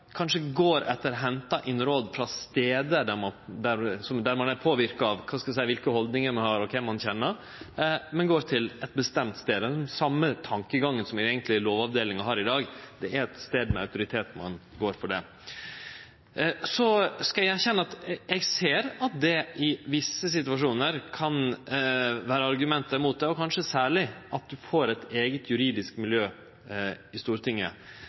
kanskje går etter innhenta råd frå stader der ein er påverka av kva haldningar ein har, og kven ein kjenner, men heller går til ein bestemt stad etter same tankegang som ein har for Lovavdelinga i dag. Det er ein stad med autoritet, og ein går for det. Eg skal erkjenne at eg i visse situasjonar ser at det kan vere argument mot det, og kanskje særleg at ein får eit eige juridisk miljø i Stortinget.